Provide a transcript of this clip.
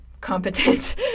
competent